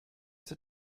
sit